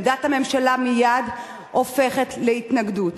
עמדת הממשלה מייד הופכת להתנגדות.